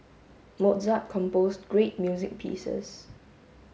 Mozart composed great music pieces